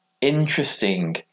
interesting